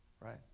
Right